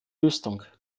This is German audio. rüstung